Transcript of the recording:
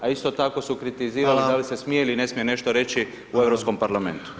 A isto tako su kritizirali da li se smije ili ne smije nešto reći u Europskom parlamentu.